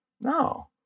No